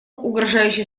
угрожающе